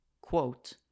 quote